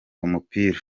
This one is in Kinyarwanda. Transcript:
umupira